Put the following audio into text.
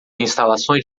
instalações